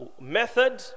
method